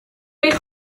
eich